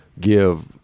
give